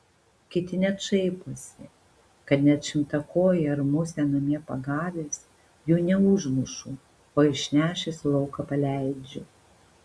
kiti net šaiposi kad net šimtakojį ar musę namie pagavęs jų neužmušu o išnešęs į lauką paleidžiu